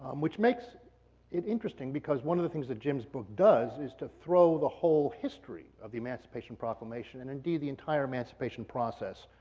um which makes it interesting because one of the things that jim's book does is to throw the whole history of the emancipation proclamation, and indeed the entire emancipation process,